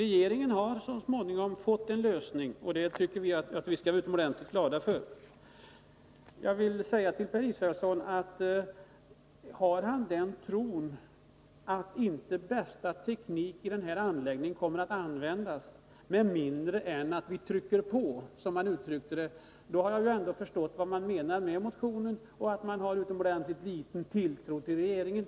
Regeringen har så småningom fått till stånd en lösning, och det tycker jag att vi skall vara utomordentligt glada för. Om Per Israelsson tror att inte bästa teknik kommer att användas i den här anläggningen med mindre än att vi trycker på, som han uttryckte det, då har jag förstått vad man menar med motionen och att motionärerna har utomordentligt liten tilltro till regeringen.